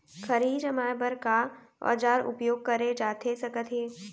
खरही जमाए बर का औजार उपयोग करे जाथे सकत हे?